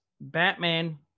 Batman